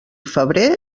febrer